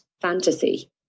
fantasy